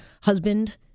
husband